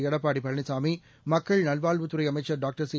எடப்பாடிபழனிசாமி மக்கள் நல்வாழ்வுத்துறைஅமைச்சர் doctor C